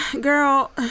Girl